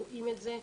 רואים את זה.